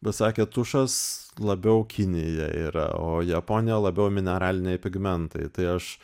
bet sakė tušas labiau kinija yra o japonija labiau mineraliniai pigmentai tai aš